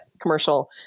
commercial